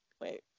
wait